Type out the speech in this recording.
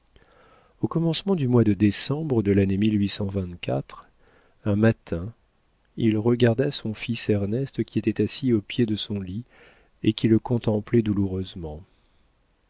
au commencement du mois de décembre de l'année un matin il regarda son fils ernest qui était assis au pied de son lit et qui le contemplait douloureusement